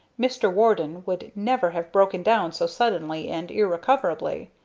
mr. warden would never have broken down so suddenly and irrecoverably.